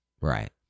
Right